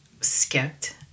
skipped